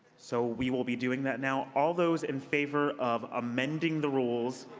so we will be doing that now. all those in favor of amending the rules,